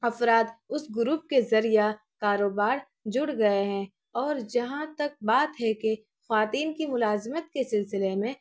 افراد اس گروپ کے ذریعہ کاروبار جڑ گئے ہیں اور جہاں تک بات ہے کہ خواتین کی ملازمت کے سلسلے میں